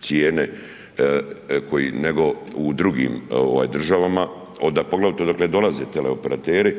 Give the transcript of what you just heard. cijene nego u drugim ovaj državama poglavito odakle dolaze teleoperateri